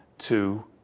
to